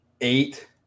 eight